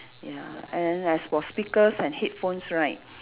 ya and as for speakers and headphones right